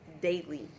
daily